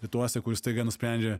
rytuose kuris staiga nusprendžia